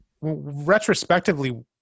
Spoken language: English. retrospectively